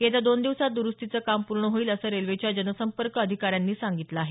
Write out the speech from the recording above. येत्या दोन दिवसांत दुरुस्तीचं काम पूर्ण होईल असं रेल्वेच्या जनसंपर्क अधिकाऱ्यांनी सांगितलं आहे